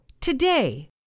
today